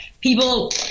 people